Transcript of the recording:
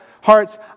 hearts